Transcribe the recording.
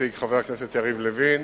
שהציג חבר הכנסת יריב לוין,